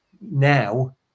now